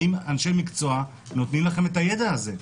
האם אנשי מקצוע נותנים לכם את הידע הזה?